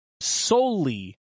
solely